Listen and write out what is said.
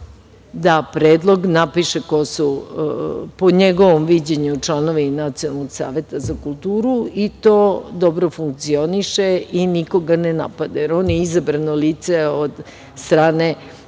da predlog, napiše ko su po njegovom viđenju članovi Nacionalnog saveta za kulturu i to dobro funkcioniše i nikoga ne napadaju, jer on je izabrano lice od strane